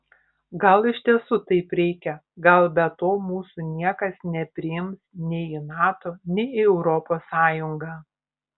gal iš tiesų taip reikia gal be to mūsų niekas nepriims nei į nato nei į europos sąjungą